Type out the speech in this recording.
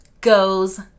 goes